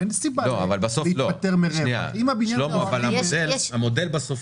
אין סיבה להפטר אם הבניין --- שלמה המודל בסוף,